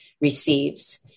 receives